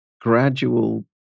gradual